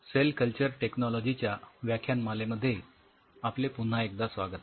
sale culture टेक्नॉलॉजीच्या व्याख्यानमालेमध्ये आपले पुन्हा एकदा स्वागत